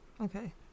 okay